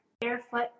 barefoot